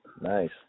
nice